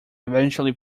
eventually